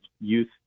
youth